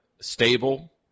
stable